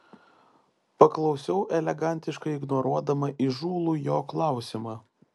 paklausiau elegantiškai ignoruodama įžūlų jo klausimą